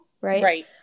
right